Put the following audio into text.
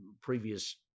previous